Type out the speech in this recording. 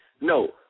No